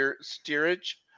steerage